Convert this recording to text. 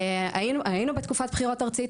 היינו בתקופת בחירות ארצית,